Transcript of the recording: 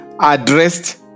addressed